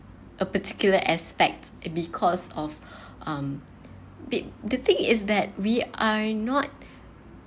a particular aspect it because of um but the thing is that we are not